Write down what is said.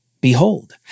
Behold